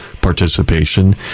participation